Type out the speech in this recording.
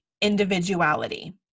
individuality